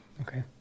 Okay